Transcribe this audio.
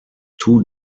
two